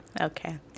Okay